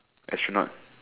astronaut